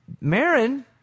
Marin